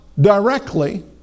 directly